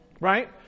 Right